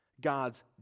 God's